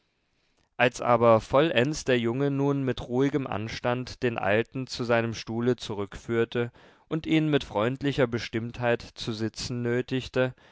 als aber vollends der junge nun mit ruhigem anstand den alten zu seinem stuhle zurückführte und ihn mit freundlicher bestimmtheit zu sitzen nötigte